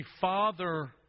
father